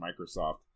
Microsoft